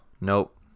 Nope